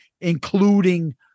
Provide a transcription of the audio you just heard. including